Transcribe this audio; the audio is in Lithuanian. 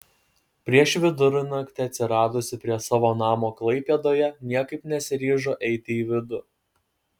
prieš vidurnakti atsiradusi prie savo namo klaipėdoje niekaip nesiryžo eiti į vidų